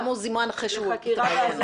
למה הוא זומן אחרי שהוא התראיין?